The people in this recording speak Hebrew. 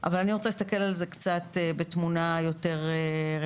אבל אני רוצה להסתכל על זה קצת בתמונה יותר רחבה,